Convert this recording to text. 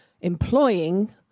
employing